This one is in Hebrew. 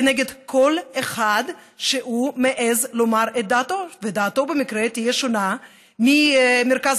כנגד כל אחד שמעז לומר את דעתו ודעתו במקרה שונה משל מרכז